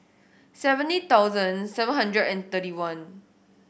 seventy thousand seven hundred and thirty one